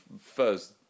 first